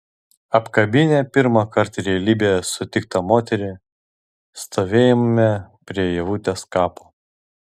apkabinę pirmą kartą realybėje sutiktą moterį stovėjome prie ievutės kapo